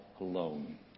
alone